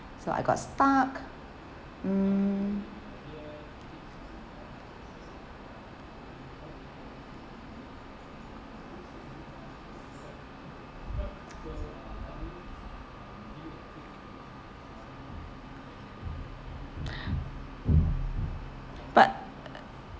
so I got stuck mm but